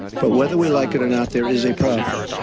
but whether we like it or not, there is a problem.